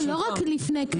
לא רק לפני קריאה.